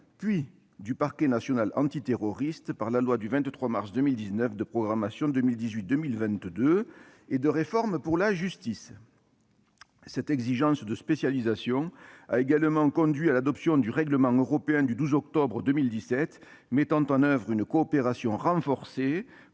puis du parquet national antiterroriste par la loi du 23 mars 2019 de programmation 2018-2022 et de réforme pour la justice. Cette exigence de spécialisation a également conduit à l'adoption du règlement européen du 12 octobre 2017 mettant en oeuvre une coopération renforcée